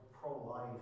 pro-life